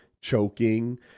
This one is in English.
choking